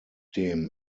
dem